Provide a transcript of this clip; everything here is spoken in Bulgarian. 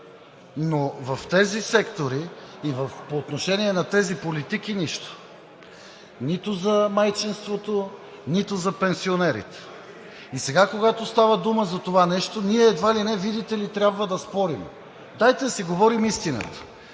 но в секторите по отношение на тези политики – нищо! Нито за майчинството, нито за пенсионерите! И сега, когато става дума за това нещо, едва ли не, видите ли, трябва да спорим. Дайте да си говорим истината.